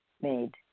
made